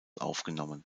aufgenommen